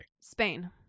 Spain